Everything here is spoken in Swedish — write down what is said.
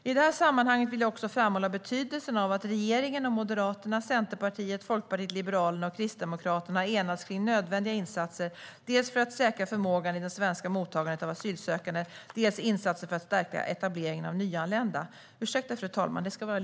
I det här sammanhanget vill jag också framhålla betydelsen av att regeringen och Moderaterna, Centerpartiet, Liberalerna och Kristdemokraterna har enats kring nödvändiga insatser dels för att säkra förmågan i det svenska mottagandet av asylsökande, dels insatser för att stärka etableringen av nyanlända.